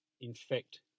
infect